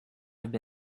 have